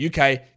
UK